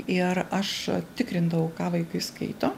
ir aš tikrindavau ką vaikai skaito